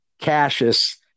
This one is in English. Cassius